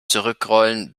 zurückrollen